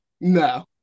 no